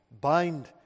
bind